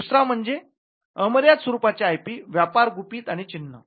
दुसरा प्रकार म्हणजे अमर्याद स्वरूपाचे आयपी व्यापार गुपित आणि व्यापार चिन्ह